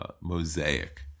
Mosaic